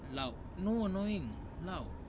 loud no annoying loud